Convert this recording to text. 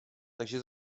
takže